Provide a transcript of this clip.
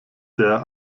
der